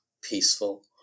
peaceful